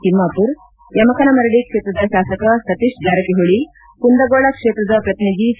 ತಿಮ್ನಾಪುರ್ ಯಮಕನಮರಡಿ ಕ್ಷೇತ್ರದ ಶಾಸಕ ಸತೀಶ್ ಜಾರಕಿಹೊಳಿ ಕುಂದಗೋಳ ಕ್ಷೇತ್ರದ ಪ್ರತಿನಿಧಿ ಸಿ